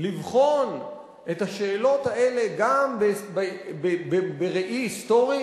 לבחון את השאלות האלה גם בראי היסטורי